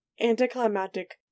anticlimactic